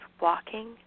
walking